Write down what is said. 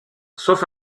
sauf